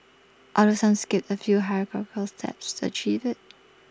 although some skipped A few hierarchical steps to achieve IT